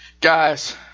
Guys